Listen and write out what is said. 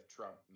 Trump